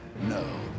no